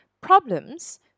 problems